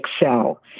excel